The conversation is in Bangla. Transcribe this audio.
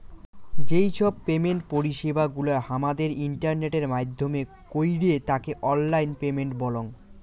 যেই সব পেমেন্ট পরিষেবা গুলা হামাদের ইন্টারনেটের মাইধ্যমে কইরে তাকে অনলাইন পেমেন্ট বলঙ